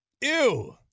Ew